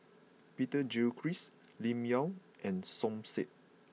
Peter Gilchrist Lim Yau and Som Said